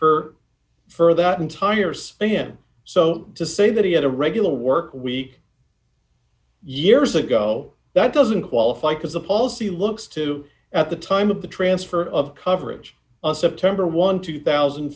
for for that entire span so to say that he had a regular work week years ago that doesn't qualify because the policy looks to at the time of the transfer of coverage on september one two thousand